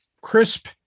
crisp